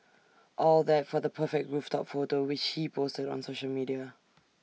all that for the perfect rooftop photo which he posted on social media